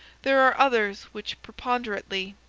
there are others which preponderately,